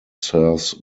serves